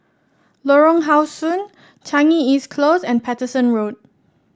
Lorong How Sun Changi East Close and Paterson Road